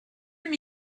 him